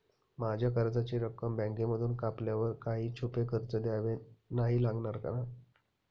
माझ्या कर्जाची रक्कम बँकेमधून कापल्यावर काही छुपे खर्च द्यावे नाही लागणार ना?